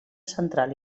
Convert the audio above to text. central